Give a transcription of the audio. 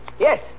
Yes